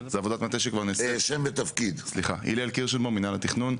אני הלל קירשנבאום, מינהל התכנון.